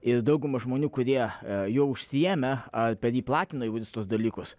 ir dauguma žmonių kurie juo užsiėmė per jį platino visus tuos dalykus